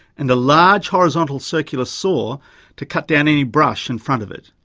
and a large horizontal circular saw to cut down any brush in front of it.